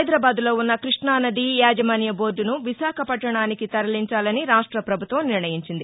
హైదరాబాద్లో ఉన్న కృష్ణానదీ యాజమాన్య బోర్దును విశాఖపట్టణానికి తరలించాలని రాష్ట పభుత్వం నిర్ణయించింది